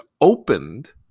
opened